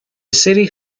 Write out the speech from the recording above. city